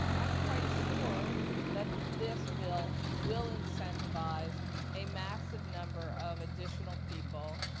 i'm quite sure that this bill will incentivize a massive number of additional people,